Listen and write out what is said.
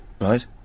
Right